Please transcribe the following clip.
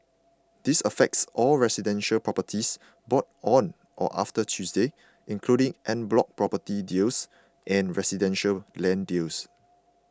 this affects all residential properties bought on or after Tuesday including en bloc property deals and residential land deals